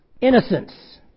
innocence